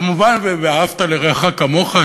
כמובן "ואהבת לרעך כמוך",